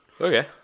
Okay